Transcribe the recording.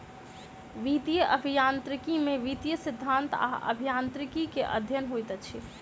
वित्तीय अभियांत्रिकी में वित्तीय सिद्धांत आ अभियांत्रिकी के अध्ययन होइत अछि